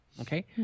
okay